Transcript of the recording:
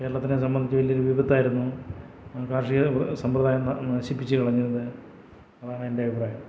കേരളത്തിനെ സംബന്ധിച്ച് വലിയൊരു വിപത്തായിരുന്നു കാർഷികസമ്പ്രദായം നശിപ്പിച്ച് കളഞ്ഞത് അതാണ് എൻ്റെ അഭിപ്രായം